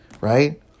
right